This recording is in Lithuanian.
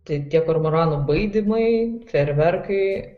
tai tie kormoranų baidymai fejerverkai